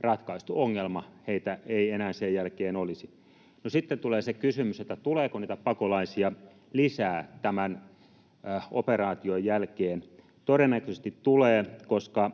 ratkaistu ongelma. Heitä ei enää sen jälkeen olisi. No, sitten tulee se kysymys, että tuleeko niitä pakolaisia lisää tämän operaation jälkeen. Todennäköisesti tulee, koska